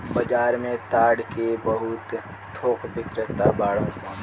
बाजार में ताड़ के बहुत थोक बिक्रेता बाड़न सन